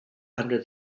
under